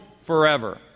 forever